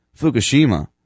Fukushima